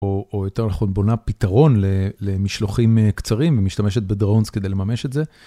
או יותר נכון בונה פתרון למשלוחים קצרים ומשתמשת בdrones כדי לממש את זה.